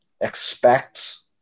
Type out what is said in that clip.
expects